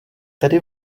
tedy